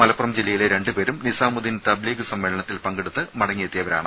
മലപ്പുറം ജില്ലയിലെ രണ്ട് പേരും നിസാമുദ്ദീൻ തബ്ലീഗ് സമ്മേളനത്തിൽ പങ്കെടുത്ത് മടങ്ങിയെത്തിയവരാണ്